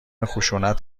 خشونت